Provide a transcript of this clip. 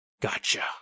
gotcha